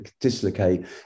dislocate